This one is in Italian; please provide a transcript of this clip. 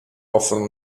offrono